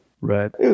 Right